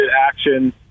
action